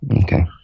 Okay